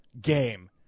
game